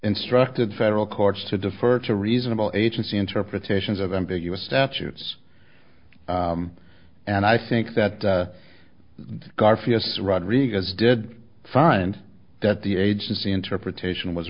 instructed federal courts to defer to reasonable agency interpretations of ambiguous statutes and i think that garfield rodriguez did find that the agency interpretation was